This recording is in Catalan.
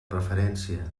preferència